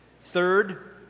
Third